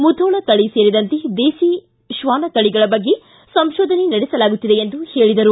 ಮುಧೋಳ ತಳಿ ಸೇರಿದಂತೆ ದೇಸಿ ಶ್ವಾನ ತಳಿಗಳ ಬಗ್ಗೆ ಸಂಶೋಧನೆ ನಡೆಸಲಾಗುತ್ತಿದೆ ಎಂದು ಹೇಳಿದರು